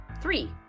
Three